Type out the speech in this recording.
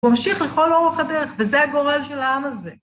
הוא המשיך לכל אורך הדרך, וזה הגורל של העם הזה.